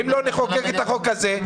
אם לא נחוקק את החוק הזה,